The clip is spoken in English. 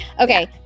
Okay